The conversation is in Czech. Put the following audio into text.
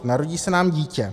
Narodí se nám dítě.